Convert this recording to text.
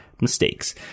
Mistakes